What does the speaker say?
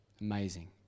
Amazing